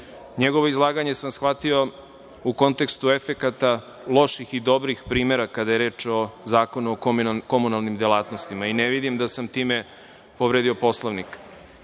Njegovo izlaganje sam shvatio u kontekstu efekata loših i dobrih primera kada je reč o Zakonu o komunalnim delatnostima i ne vidim da sam time povredio Poslovnik. Reč